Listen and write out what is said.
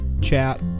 chat